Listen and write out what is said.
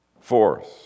Force